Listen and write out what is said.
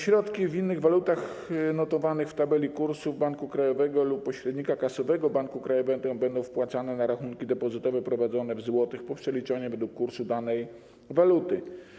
Środki w innych walutach notowanych w tabeli kursów banku krajowego lub pośrednika kasowego banku krajowego będą wpłacane na rachunki depozytowe prowadzone w złotych po przeliczeniu według kursu danej waluty.